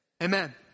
Amen